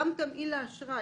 לגבי תמהיל האשראי,